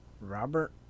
Robert